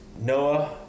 Noah